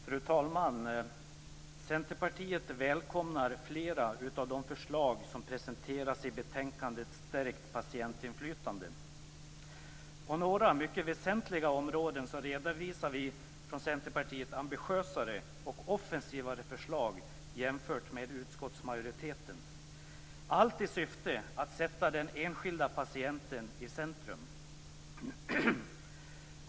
Fru talman! Centerpartiet välkomnar flera av de förslag som presenteras i betänkandet Stärkt patientinflytande m.m. På några mycket väsentliga områden redovisar vi från Centerpartiet ambitiösare och offensivare förslag än utskottsmajoritetens, allt i syfte att sätta den enskilda patienten i centrum.